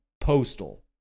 postal